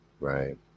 Right